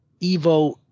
Evo